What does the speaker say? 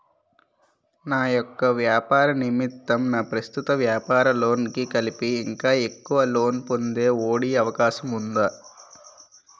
నా యెక్క వ్యాపార నిమిత్తం నా ప్రస్తుత వ్యాపార లోన్ కి కలిపి ఇంకా ఎక్కువ లోన్ పొందే ఒ.డి అవకాశం ఉందా?